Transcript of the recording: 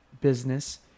business